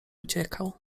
uciekał